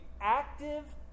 active